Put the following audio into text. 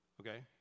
Okay